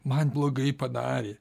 man blogai padarė